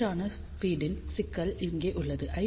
சீரான ஃபீட் ன் சிக்கல் இங்கே உள்ளது